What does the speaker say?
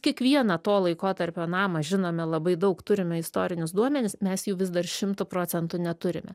kiekvieną to laikotarpio namą žinome labai daug turime istorinius duomenis mes jų vis dar šimtu procentų neturime